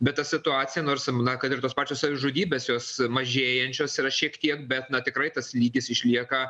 bet ta situacija nors na kad ir tos pačios savižudybės jos mažėjančios yra šiek tiek bet na tikrai tas lygis išlieka